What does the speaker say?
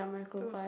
those